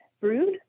brood